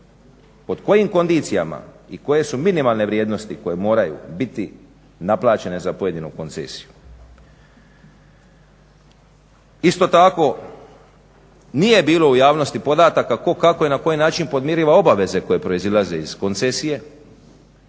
Pod kojim kondicijama i koje su minimalne vrijednosti koje moraju biti naplaćene za pojedinu koncesiju. Isto tako nije bilo u javnosti podataka tko, kako i na koji način podmiriva obaveze koje proizilaze iz koncesije